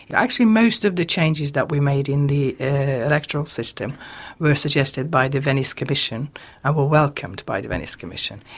actually most of the changes that we made in the electoral system were suggested by the venice commission and were welcomed by the venice commission.